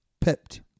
Pipped